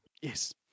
Yes